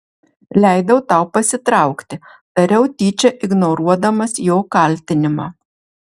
leidau tau pasitraukti tariau tyčia ignoruodamas jo kaltinimą